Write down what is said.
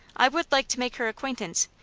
i would like to make her acquaintance,